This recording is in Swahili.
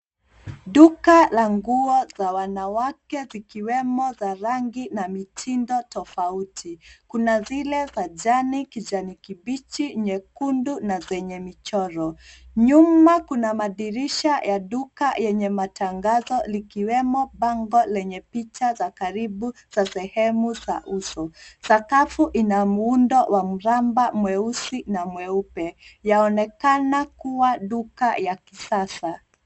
Duka la nguo za wanawake zikiwemo za rangi na mitindo tofauti. Kuna zile za jani, kijani kibichi, nyekundu na zenye michoro. Nyuma kuna madirisha ya duka yenye matangazo likiwemo bango lenye picha za karibu za sehemu za uso. Sakafu ina muundo wa mraba mweusi na mweupe. Yaonekana kuwa duka ya kisasa.